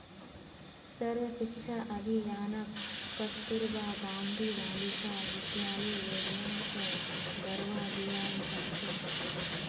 सर्व शिक्षा अभियानक कस्तूरबा गांधी बालिका विद्यालय योजना स बढ़वा दियाल जा छेक